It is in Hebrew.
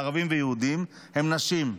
ערבים ויהודים, הן נשים.